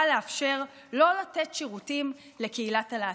לאפשר לא לתת שירותים לקהילת הלהט"ב.